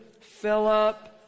Philip